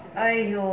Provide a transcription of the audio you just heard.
!aiyo!